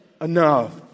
enough